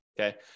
okay